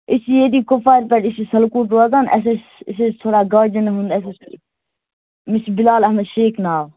أسۍ چھِ ییٚتی کُپوارِ پٮ۪ٹھ أسۍ چھِ سَلکوٗٹ روزَن اَسہِ ٲسۍ أسۍ ٲسۍ تھوڑا گوجَن مےٚ چھُ بِلال احمد شیخ ناو